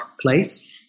place